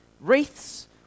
wreaths